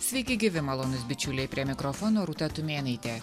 sveiki gyvi malonūs bičiuliai prie mikrofono rūta tumėnaitė